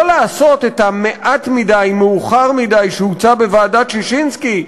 לא לעשות מאוחר מדי את המעט מדי שהוצע בוועדת ששינסקי,